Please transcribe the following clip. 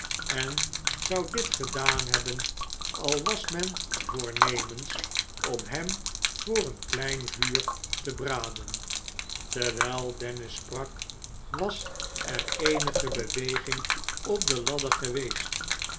en zou dit gedaan hebben al was men voornemens om hem voor een klein vuur te braden terwijl dennis sprak was er eenige beweging op de ladder geweest